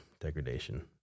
degradation